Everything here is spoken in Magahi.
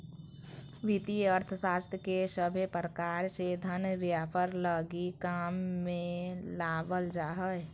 वित्तीय अर्थशास्त्र के सभे प्रकार से धन व्यापार लगी काम मे लावल जा हय